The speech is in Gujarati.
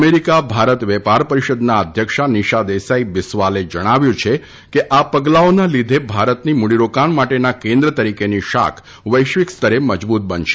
અમેરિકા ભારત વેપાર પરિષદના અધ્યક્ષ નિશા દેસાઇ બિસ્વાલે જણાવ્યું છે કે આ પગલાંઓના લીધે ભારતની મૂડીરોકાણ માટેના કેન્દ્ર તરીકેની શાખ વૈશ્વિક સ્તરે મજબૂત બનશે